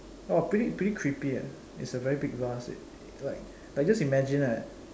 !wah! pretty pretty creepy ah its a very big vase like like just imagine lah